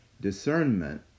discernment